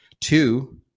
Two